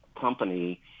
company